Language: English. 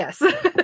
yes